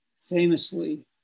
famously